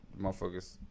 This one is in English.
motherfuckers